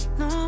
no